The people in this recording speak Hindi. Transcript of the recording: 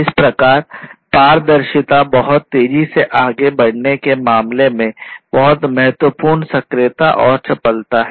इस प्रकार पारदर्शिता बहुत तेजी से आगे बढ़ने के मामले में बहुत महत्वपूर्ण सक्रियता और चपलता है